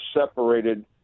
separated